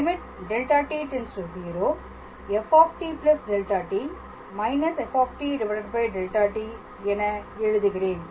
δt→0 lim f tδt−f δt என எழுதுகிறேன்